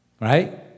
Right